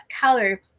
color